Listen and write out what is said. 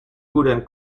wooden